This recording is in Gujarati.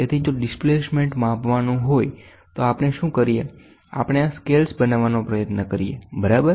તેથી જો ડિસ્પ્લેસમેન્ટને માપવાનું હોય તો આપણે શું કરીએ આપણે આ સ્કેલ બનાવવાનો પ્રયત્ન કરીએ બરાબર